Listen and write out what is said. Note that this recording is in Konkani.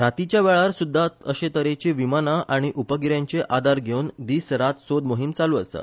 रातींच्यावेळार सुध्दा तशेतेरेची विमाना आनी उपगि यांचो आधार घेवन दिस रात सोद मोहिम चालू आसा